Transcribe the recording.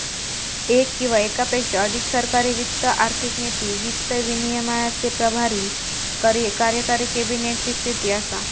येक किंवा येकापेक्षा अधिक सरकारी वित्त आर्थिक नीती, वित्त विनियमाचे प्रभारी कार्यकारी कॅबिनेट ची स्थिती असा